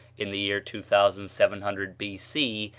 in the year two thousand seven hundred b c.